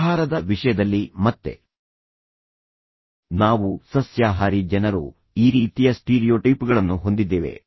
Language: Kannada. ಆಹಾರದ ವಿಷಯದಲ್ಲಿ ಮತ್ತೆ ನಾವು ಸಸ್ಯಾಹಾರಿ ಜನರು ಈ ರೀತಿಯ ಸ್ಟೀರಿಯೊಟೈಪ್ಗಳನ್ನು ಹೊಂದಿದ್ದೇವೆ